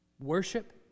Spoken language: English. Worship